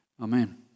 Amen